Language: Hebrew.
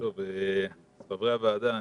חברי הוועדה,